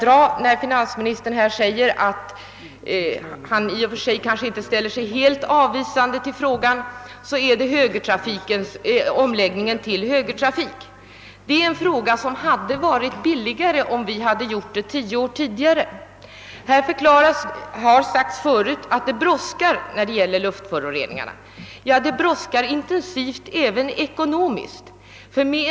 När finansministern förklarar att han i och för sig inte ställer sig helt avvisande vill jag dra parallellen med omläggningen till högertrafik, Den omläggningen hade blivit billigare om vi gjort den tio år tidigare. Det har sagts förut att det brådskar när det gäller luftföroreningarna. Ja, det brådskar i högsta grad även från ekonomisk utgångspunkt.